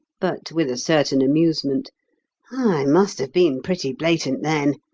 but with a certain amusement i must have been pretty blatant then.